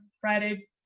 Friday